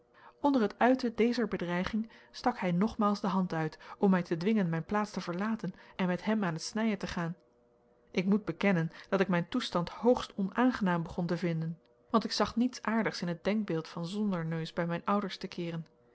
onder het uiten dezer bedreiging stak hij nogmaals de hand uit om mij te dwingen mijn plaats te verlaten en met hem aan t snijen te gaan ik moet bekennen dat ik mijn toestand hoogst onaangenaam begon te vinden want ik zag niets aardigs in het denkbeeld van zonder neus bij mijn ouders te keeren